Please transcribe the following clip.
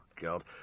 god